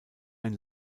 ein